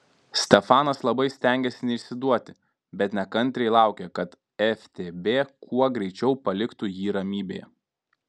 stefanas labai stengėsi neišsiduoti bet nekantriai laukė kad ftb kuo greičiau paliktų jį ramybėje